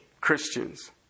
Christians